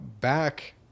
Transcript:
back